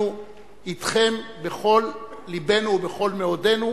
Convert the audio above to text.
אנחנו אתכם בכל לבנו ובכל מאודנו,